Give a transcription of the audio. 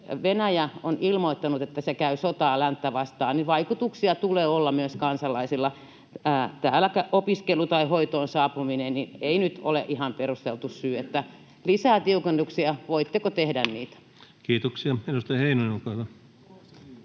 Venäjä on ilmoittanut, että se käy sotaa länttä vastaan, niin vaikutuksia tulee olla myös kansalaisille. Opiskelu tai hoitoon saapuminen eivät nyt ole ihan perusteltuja syitä. Voitteko tehdä lisää tiukennuksia? Kiitoksia. — Edustaja Heinonen, olkaa hyvä.